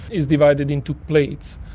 is divided into plates.